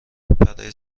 برای